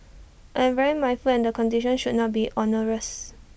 I am very mindful that the conditions should not be onerous